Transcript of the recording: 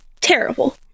terrible